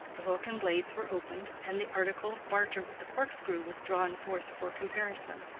the hook and blades were opened, and the article of barter with the cork-screw was drawn forth for comparison.